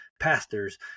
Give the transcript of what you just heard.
pastors